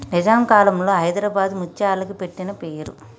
నిజాం కాలంలో హైదరాబాద్ ముత్యాలకి పెట్టిన పేరు